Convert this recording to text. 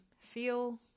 feel